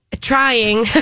trying